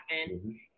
happen